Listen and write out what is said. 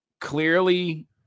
clearly